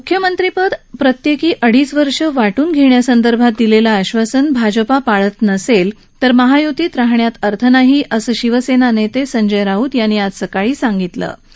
मुख्यमंत्रीपद प्रत्येकी अडीच वर्षे वा ्रजे घेण्यासंदर्भात दिलेलं आश्र्वासन भाजप पाळत नसेल तर महायूतीमध्ये राहण्यात अर्थ नाही असं शिवसेना नेते संजय राऊत यांनी आज सकाळी म्हा लें